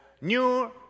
New